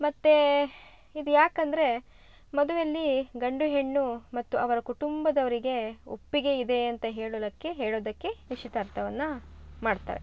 ಮತ್ತು ಇದು ಯಾಕಂದರೆ ಮದುವೆಯಲ್ಲಿ ಗಂಡು ಹೆಣ್ಣು ಮತ್ತು ಅವರ ಕುಟುಂಬದವರಿಗೆ ಒಪ್ಪಿಗೆ ಇದೆ ಅಂತ ಹೇಳೋಳಕ್ಕೆ ಹೇಳೋದಕ್ಕೆ ನಿಶ್ಚಿತಾರ್ಥವನ್ನ ಮಾಡ್ತಾರೆ